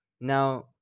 now